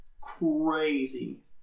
crazy